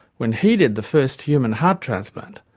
when he did the first human heart transplant,